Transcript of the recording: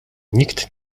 nikt